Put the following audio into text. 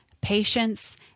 patience